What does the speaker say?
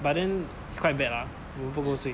but then it's quite bad lah 不够睡